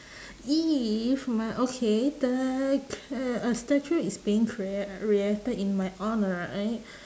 if my okay the c~ a a statue is being crea~ created in my honour right